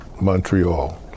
Montreal